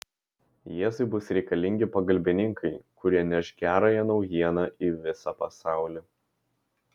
jėzui bus reikalingi pagalbininkai kurie neš gerąją naujieną į visą pasaulį